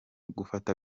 gufata